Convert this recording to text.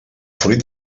fruit